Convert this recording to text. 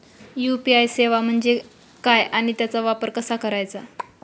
UPI सेवा म्हणजे काय आणि त्याचा वापर कसा करायचा?